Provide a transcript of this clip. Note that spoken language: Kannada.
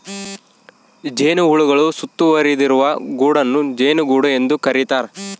ಜೇನುಹುಳುಗಳು ಸುತ್ತುವರಿದಿರುವ ಗೂಡನ್ನು ಜೇನುಗೂಡು ಎಂದು ಕರೀತಾರ